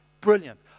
Brilliant